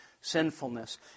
sinfulness